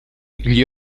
gli